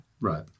Right